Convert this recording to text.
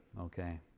Okay